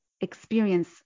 experience